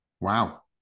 Wow